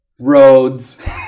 roads